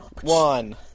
One